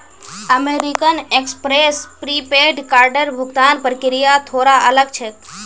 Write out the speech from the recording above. American Express prepaid कार्डेर भुगतान प्रक्रिया थोरा अलग छेक